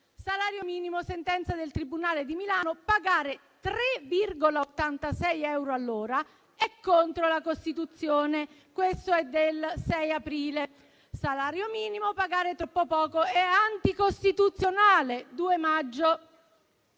«Salario minimo, sentenza del tribunale di Milano: pagare 3,86 euro all'ora è contro la Costituzione» (6 aprile). «Salario minimo: pagare troppo poco è anticostituzionale» (2 maggio).